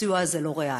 הסיוע הזה לא ריאלי.